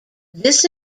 this